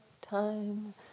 time